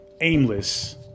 aimless